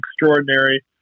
extraordinary